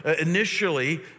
initially